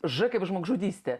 ž kaip žmogžudystė